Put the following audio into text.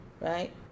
right